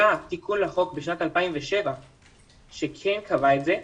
היה תיקון לחוק בשנת 2007 שכן קבע את זה.